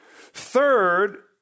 Third